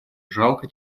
жалко